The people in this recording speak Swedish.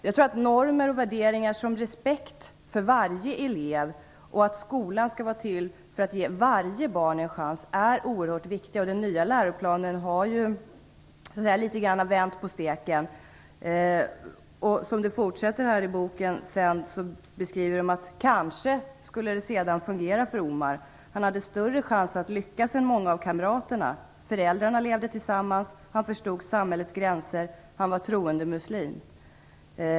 Jag tror på normer och värderingar och respekt för varje elev och att skolan skall vara till för att ge varje barn en chans är oerhört viktigt. Den nya läroplanen har ju vänt på steken litet grand. I fortsättningen av boken beskrivs hur det sedan kanske skulle fungera för Omar. Han hade större chans att lyckas än många av kamraterna. Föräldrarna levde tillsammans, han förstod samhällets gränser och han var troende muslim.